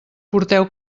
porteu